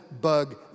bug